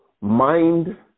mind